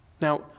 Now